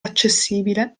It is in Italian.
accessibile